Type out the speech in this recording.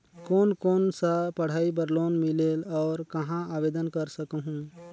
कोन कोन सा पढ़ाई बर लोन मिलेल और कहाँ आवेदन कर सकहुं?